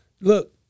Look